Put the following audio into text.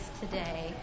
today